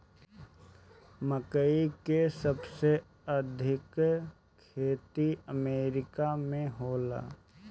मकई के सबसे अधिका खेती अमेरिका में होला